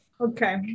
Okay